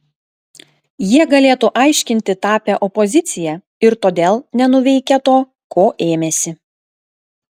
jie galėtų aiškinti tapę opozicija ir todėl nenuveikę to ko ėmėsi